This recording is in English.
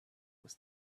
was